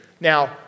Now